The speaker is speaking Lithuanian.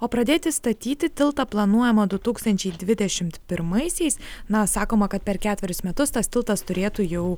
o pradėti statyti tiltą planuojama du tūkstančiai dvidešim pirmaisiais na sakoma kad per ketverius metus tas tiltas turėtų jau